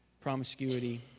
Promiscuity